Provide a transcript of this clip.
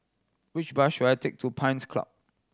which bus should I take to Pines Club